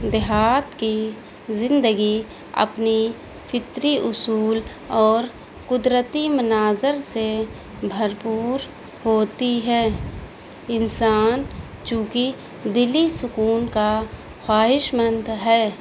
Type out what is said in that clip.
دیہات كی زندگی اپنی فطری اصول اور قدرتی مناظر سے بھرپور ہوتی ہے انسان چوںکہ دلی سکون کا خواہش مند ہے